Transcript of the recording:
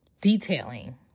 detailing